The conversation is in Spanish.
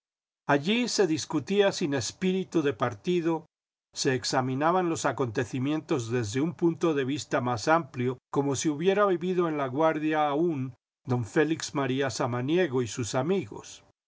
allí se discutía sin espíritu de partido se examinaban los acontecimientos desde un punto de vista más amplio como si hubiera vivido en laguardia aún don félix maría samaniego y sus amigos